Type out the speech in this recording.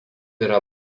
yra